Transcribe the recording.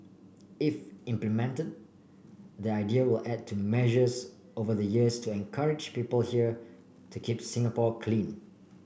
if implemented the idea will add to measures over the years to encourage people here to keep Singapore clean